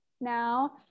now